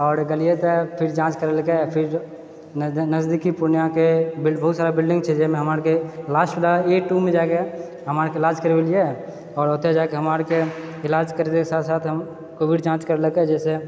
आओर गेलिए तऽ फिर जाँच करलकै फिर नजदीकी पूर्णियाँके बहुत सारा बिल्डिङ्ग छै जहिमे हमरा आरके लास्ट बला ए टू मे जाकऽ हमरा आरके इलाज करबेलिए आओर ओतय जाकऽ हमरा आरके इलाज करबैके साथ साथ हम कोविड जाँच करलकै जहिसँ